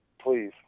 Please